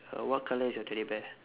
uh what colour is your teddy bear